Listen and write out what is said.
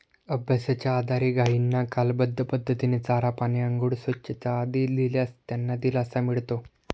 अभ्यासाच्या आधारे गायींना कालबद्ध पद्धतीने चारा, पाणी, आंघोळ, स्वच्छता आदी दिल्यास त्यांना दिलासा मिळतो